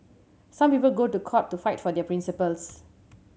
some people go to court to fight for their principles